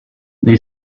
they